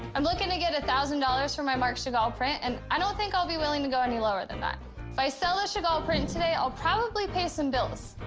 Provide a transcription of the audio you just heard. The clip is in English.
i'm looking to get one thousand dollars for my marc chagall print. and i don't think i'll be willing to go any lower than that. if i sell a chagall print today, i'll probably pay some bills.